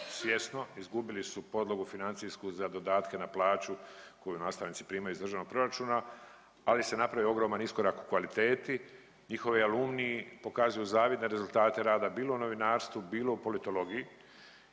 svjesno. Izgubili su podlogu financijsku za dodatke na plaću koju nastavnici primaju iz državnog proračuna, ali se napravio ogroman iskorak u kvaliteti, njihovoj …/Govornik se ne razumije./… pokazuju zavidne rezultate rada bilo u novinarstvu, bilo u politologiji.